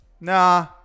Nah